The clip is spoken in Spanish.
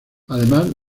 además